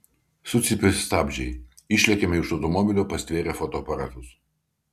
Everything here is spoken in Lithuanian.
sucypia stabdžiai išlekiame iš automobilio pastvėrę fotoaparatus